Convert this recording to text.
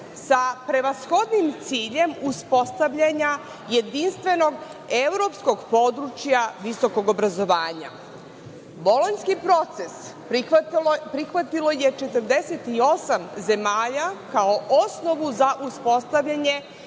sa prevashodnim ciljem uspostavljanja jedinstvenog, evropskog područja visokog obrazovanja. Bolonjski proces prihvatilo je 48 zemalja kao osnovu za uspostavljanje